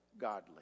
godly